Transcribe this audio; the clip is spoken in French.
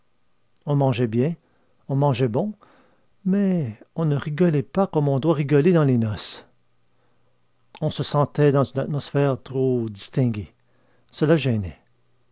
on mangeait bien on mangeait bon mais on ne rigolait pas comme on doit rigoler dans les noces on se sentait dans une atmosphère trop distinguée cela gênait